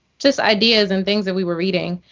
just ideas and things that we were reading.